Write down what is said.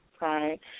Right